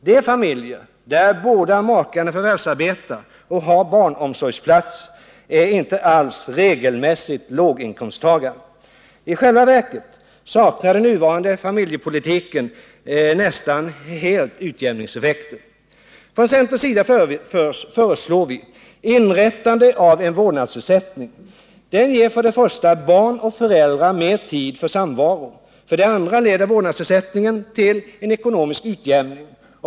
De familjer där båda makarna förvärvsarbetar och har barnomsorgsplats är inte alls regelmässigt låginkomsttagare. I själva verket saknar den nuvarande familjepolitiken nästan helt utjämningseffekter. Från centerns sida föreslår vi införande av en vårdnadsersättning. Den ger för det första barn och föräldrar mer tid för samvaro. För det andra leder vårdnadsersättningen till ekonomisk utjämning.